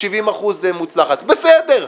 70% מוצלחת - בסדר,